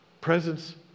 Presence